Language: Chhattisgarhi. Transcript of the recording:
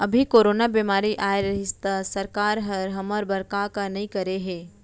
अभी कोरोना बेमारी अए रहिस त सरकार हर हमर बर का का नइ करे हे